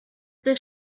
this